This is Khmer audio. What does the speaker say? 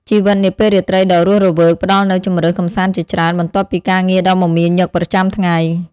ជីវិតនាពេលរាត្រីដ៏រស់រវើកផ្តល់នូវជម្រើសកម្សាន្តជាច្រើន បន្ទាប់ពីការងារដ៏មមាញឹកប្រចាំថ្ងៃ។